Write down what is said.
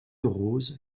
rose